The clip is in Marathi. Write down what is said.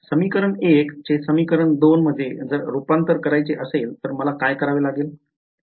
समीकरण १ चे समीकरण २ मध्ये जर रूपांतर करायचे असेल तर मला काय करवे लागेल